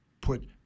put